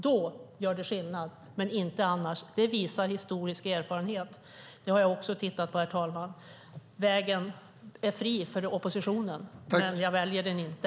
Då gör det skillnad, men inte annars. Det visar historisk erfarenhet. Det har jag också tittat närmare på, herr talman. Vägen är fri för oppositionen, men jag väljer den inte.